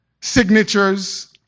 signatures